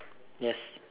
yes